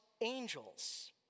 angels